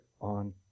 on